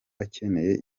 akeneye